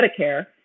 Medicare